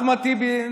אחמד טיבי,